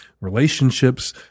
relationships